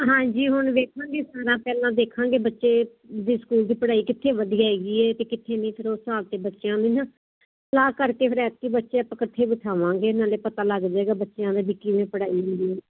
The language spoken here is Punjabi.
ਹਾਂਜੀ ਹੁਣ ਵੇਖੋ ਜੀ ਸਾਰਾ ਪਹਿਲਾਂ ਦੇਖਾਂਗੇ ਬੱਚੇ ਦੀ ਸਕੂਲ ਦੀ ਪੜ੍ਹਾਈ ਕਿੱਥੇ ਵਧੀਆ ਹੈਗੀ ਹੈ ਅਤੇ ਕਿੱਥੇ ਨਹੀਂ ਫਿਰ ਉਸ ਹਿਸਾਬ 'ਚ ਬੱਚਿਆਂ ਨੂੰ ਨਾ ਸਲਾਹ ਕਰਕੇ ਫਿਰ ਇੱਥੇ ਬੱਚੇ ਇਕੱਠੇ ਬਿਠਾਵਾਂਗੇ ਇਹਨਾਂ ਦੇ ਪਤਾ ਲੱਗ ਜਾਏਗਾ ਵੀ ਬੱਚਿਆਂ ਦੇ ਕਿਵੇਂ ਪੜ੍ਹਾਈ ਹੁੰਦੀ